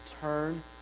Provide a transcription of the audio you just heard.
turn